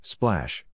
Splash